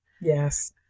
Yes